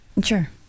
Sure